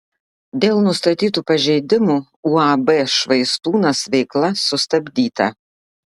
dėl nustatytų pažeidimų uab švaistūnas veikla sustabdyta